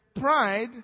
pride